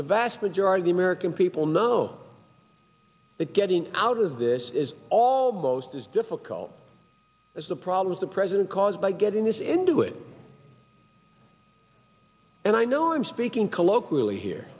the vast majority the american people know getting out of this is almost as difficult as the problems the president caused by getting this into it and i know i'm speaking colloquially here